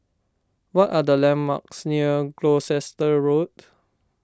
what are the landmarks near Gloucester Road